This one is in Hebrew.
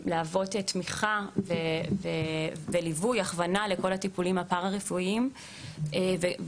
גם להוות מקום לליווי ותמיכה עבור כל הטיפולים הפרא-רפואיים וגם